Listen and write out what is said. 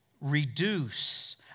reduce